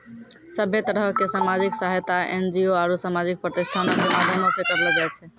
सभ्भे तरहो के समाजिक सहायता एन.जी.ओ आरु समाजिक प्रतिष्ठानो के माध्यमो से करलो जाय छै